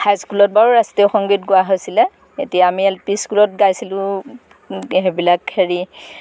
হাইস্কুলত বাৰু ৰাষ্ট্ৰীয় সংগীত গোৱা হৈছিলে এতিয়া আমি এল পি স্কুলত গাইছিলোঁ সেইবিলাক হেৰি